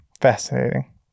fascinating